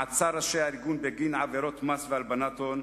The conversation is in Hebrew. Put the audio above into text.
מעצר של ראשי הארגון בגין עבירות מס והלבנת הון,